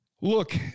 look